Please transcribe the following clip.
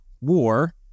war